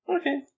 Okay